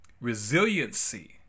resiliency